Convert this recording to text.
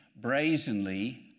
brazenly